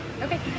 Okay